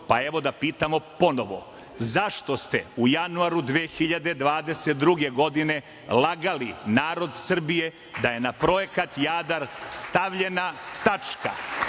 pa evo da pitamo ponovo. Zašto ste u januaru 2022. godine lagali narod Srbije da je na projekat „Jadar“ stavljena tačka